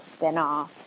spinoffs